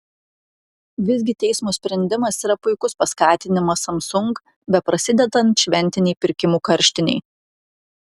visgi teismo sprendimas yra puikus paskatinimas samsung beprasidedant šventinei pirkimų karštinei